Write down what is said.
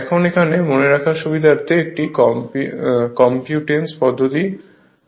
এখন এখানে মনে রাখার সুবিধার্থে একটি কম্পিউটেশনাল পদ্ধতিতে তৈরি করা যায়